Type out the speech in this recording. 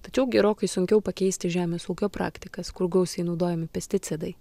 tačiau gerokai sunkiau pakeisti žemės ūkio praktikas kur gausiai naudojami pesticidai